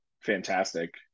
fantastic